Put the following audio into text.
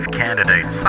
candidates